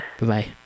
Bye-bye